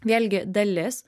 vėlgi dalis